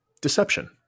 deception